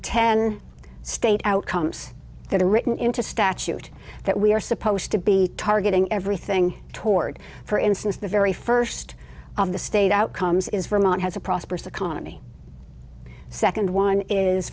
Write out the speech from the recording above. ten state outcomes that are written into statute that we are supposed to be targeting everything toward for instance the very first on the state outcomes is vermont has a prosperous economy second one is